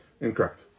Incorrect